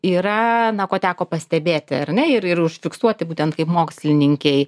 yra na ko teko pastebėti ar ne ir ir užfiksuoti būtent kaip mokslininkei